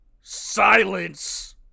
Silence